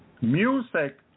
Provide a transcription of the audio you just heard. Music